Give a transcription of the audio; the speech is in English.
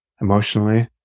emotionally